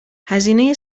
هزینه